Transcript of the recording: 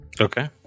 Okay